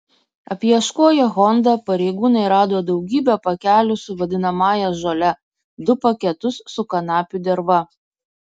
apieškoję honda pareigūnai rado daugybę pakelių su vadinamąją žole du paketus su kanapių derva